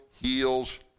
heals